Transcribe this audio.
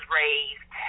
raised